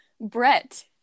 Brett